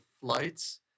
flights